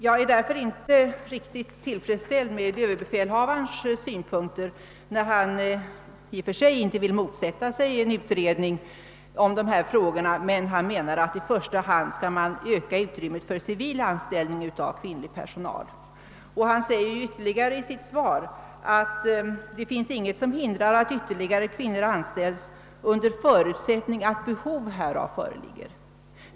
Jag är inte riktigt tillfredsställd med ÖB:s synpunkt på denna fråga: han vill i och för sig inte motsätta sig en utredning om dessa frågor, men han anser att man i första hand skall öka utrymmet för civil anställning av kvinnlig personal. Han säger dessutom i sitt yttrande, att det inte finns någonting som hindrar att ytterligare kvinnor anställs »under förutsättning att behov härav föreligger».